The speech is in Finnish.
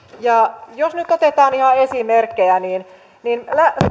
ja jos nyt otetaan ihan esimerkkejä niin niin